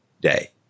day